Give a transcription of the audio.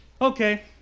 Okay